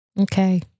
Okay